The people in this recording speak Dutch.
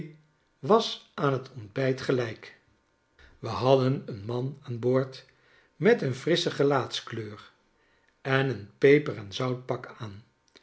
was aan t ontbijt gelijk we hadden een man aan boord met een frissche gelaatskleur en een peper-en-zout pak aan